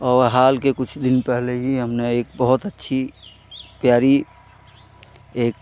और हाल के कुछ दिन पहले ही हमने एक बहुत अच्छी प्यारी एक